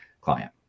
client